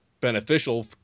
beneficial